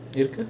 இருக்க:irukka